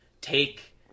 take